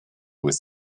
with